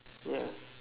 ya